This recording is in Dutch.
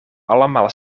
allemaal